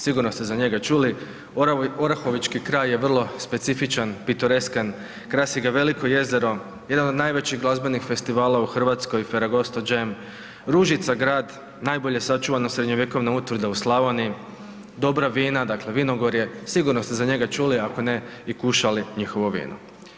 Sigurno ste za njega čuli, orahovečki kraj je vrlo specifičan, pitoreskan, krasi ga veliko jezero, jedan od najvećih glazbenih festivala u RH Ferragosto Jam, Ružica grad, najbolje sačuvana srednjovjekovna utvrda u Slavoniji, dobra vina, dakle vinogorje, sigurno ste za njega čuli ako ne i kušali njihovo vino.